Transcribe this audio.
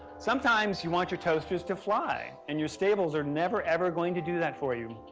sometimes you want your toasters to fly and you stables are never ever going to do that for you.